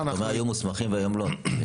במה הם היו מוסמכים והיום לא?